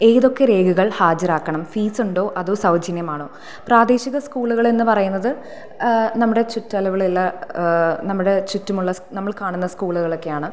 ഏതൊക്കെ രേഖകൾ ഹാജരാക്കണം ഫീസുണ്ടോ അതോ സൗജന്യമാണോ പ്രാദേശിക സ്കൂളുകൾ എന്ന് പറയുന്നത് നമ്മുടെ ചുറ്റളവിലുള്ള നമ്മുടെ ചുറ്റുമുള്ള നമ്മൾ കാണുന്ന സ്കൂളുകളൊക്കെയാണ്